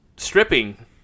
stripping